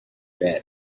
bed